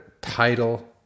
title